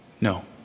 no